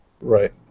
Right